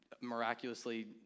miraculously